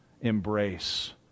embrace